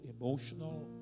emotional